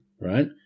right